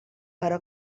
però